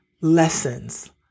lessons